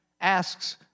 asks